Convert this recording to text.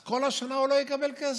אז כל השנה הוא לא יקבל כסף.